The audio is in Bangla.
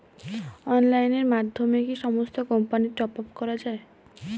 অনলাইনের মাধ্যমে কি সমস্ত কোম্পানির টপ আপ করা যায়?